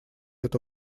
эту